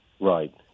Right